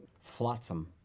flotsam